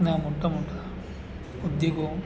ના મોટા મોટા ઉદ્યોગો